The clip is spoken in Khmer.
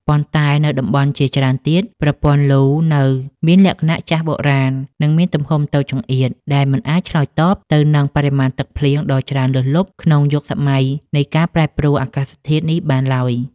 ប៉ុន្តែនៅតំបន់ជាច្រើនទៀត ប្រព័ន្ធលូនៅមានលក្ខណៈចាស់បុរាណ និងមានទំហំតូចចង្អៀត ដែលមិនអាចឆ្លើយតបទៅនឹងបរិមាណទឹកភ្លៀងដ៏ច្រើនលើសលប់ក្នុងយុគសម័យនៃការប្រែប្រួលអាកាសធាតុនេះបានឡើយ។